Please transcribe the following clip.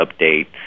update